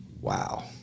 wow